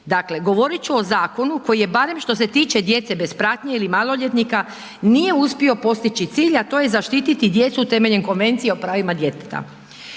Dakle, govorit ću o zakonu koji je barem što se tiče djece bez pratnje ili maloljetnika nije uspio postići cilj, a to je zaštititi djecu temeljem Konvencije o pravima djeteta.